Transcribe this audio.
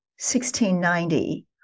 1690